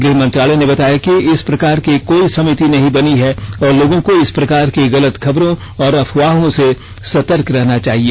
गृहमंत्रालय ने बताया कि इस प्रकार की कोई समिति नहीं बनी है और लोगों को इस प्रकार की गलत खबरों और अफवाहों से सतर्क रहना चाहिए